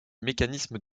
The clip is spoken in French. mécanismes